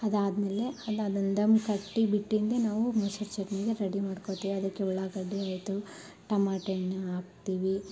ಆದಾದ್ಮೇಲೆ ಅದು ಅದನ್ನ ಧಮ್ ಕಟ್ಟಿ ಬಿಟ್ಟಿದ್ದೆ ನಾವು ಮೊಸ್ರು ಚಟ್ನಿಗೆ ರೆಡಿ ಮಾಡ್ಕೊಳ್ತೀವಿ ಅದಕ್ಕೆ ಉಳ್ಳಾಗಡ್ಡಿ ಆಯಿತು ಟಮಾಟೆ ಹಣ್ಣು ಹಾಕ್ತೀವಿ